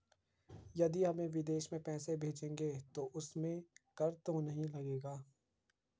यदि हम विदेश में पैसे भेजेंगे तो उसमें कर तो नहीं लगेगा?